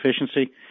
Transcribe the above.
efficiency